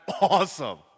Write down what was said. awesome